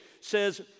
says